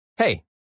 Hey